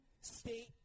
state